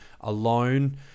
alone